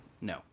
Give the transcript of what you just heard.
no